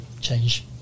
change